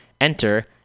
Enter